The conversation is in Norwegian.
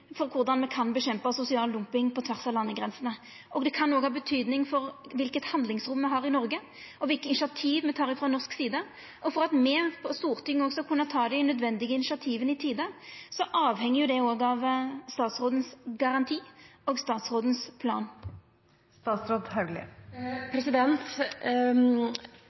for korleis me kan kjempa mot sosial dumping på tvers av landegrensene. Det kan òg ha betyding for kva handlingsrom me har i Noreg, og kva initiativ me tek frå norsk side, og for at me i Stortinget skal kunne ta dei nødvendige initiativa i tide, avheng det òg av statsrådens garanti og statsrådens plan.